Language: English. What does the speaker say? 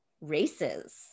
races